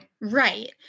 Right